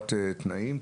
תמורת תנאים,